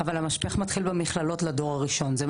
אבל המשפך מתחיל במכללות לדור הראשון, גם